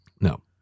No